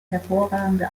hervorragende